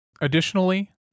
Additionally